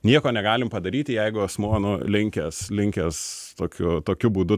nieko negalim padaryti jeigu asmuo nu linkęs linkęs tokiu tokiu būdu